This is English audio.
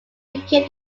became